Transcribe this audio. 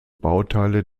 bauteile